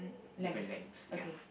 different lengths ya